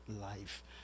life